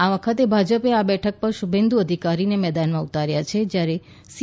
આ વખતે ભાજપે આ બેઠક પર શુભેન્દુ અધિકારીને મેદાનમાં ઉતાર્યા છે જ્યારે સી